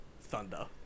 Thunder